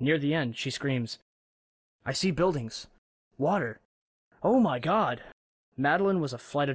near the end she screams i see buildings water oh my god madeline was a flight